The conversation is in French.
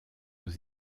aux